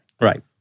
Right